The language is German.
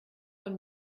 von